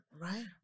Right